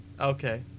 Okay